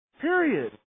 Period